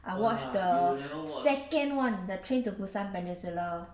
I watch the second one the train to busan peninsula